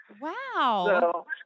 Wow